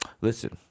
listen